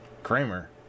Kramer